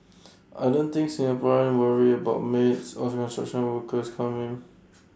I don't think Singaporean worry about maids or construction workers coming